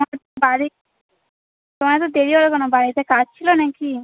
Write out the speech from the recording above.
তোমার বাড়ি তোমার এতো দেরি হলো কেন বাড়িতে কাজ ছিলো নাকি